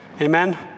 amen